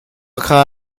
kha